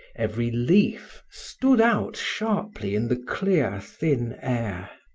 every leaf stood out sharply in the clear, thin air.